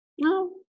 No